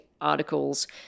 articles